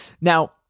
Now